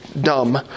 dumb